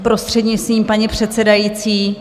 Prostřednictvím paní předsedající.